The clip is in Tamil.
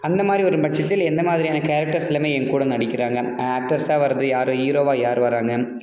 அந்த மாதிரி வரும் பட்சத்தில் எந்த மாதிரியான கேரக்டர்ஸ் எல்லாமே ஏன் கூட நடிக்கிறாங்க ஆக்டர்ஸாக வரது யாரு ஹீரோவா யாரு வராங்கள்